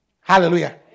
Hallelujah